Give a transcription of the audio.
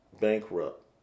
bankrupt